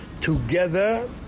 together